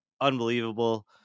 unbelievable